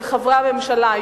של חברי הממשלה.